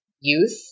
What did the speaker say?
youth